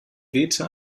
wehte